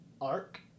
arc